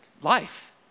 Life